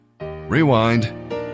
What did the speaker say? Rewind